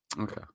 Okay